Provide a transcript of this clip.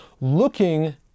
looking